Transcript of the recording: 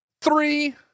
three